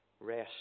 rest